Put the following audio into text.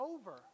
over